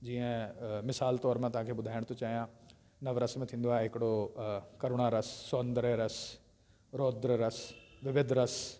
जीअं मिसाल तौर मां तव्हांखे ॿुधाइण थो चाहियां नवरस में थींदो आहे हिकिड़ो करुणा रस सौंदर्य रस रौद्र रस विविध रस